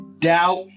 doubt